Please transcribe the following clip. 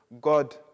God